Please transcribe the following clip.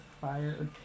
fire